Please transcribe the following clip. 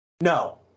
No